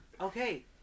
Okay